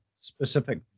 specific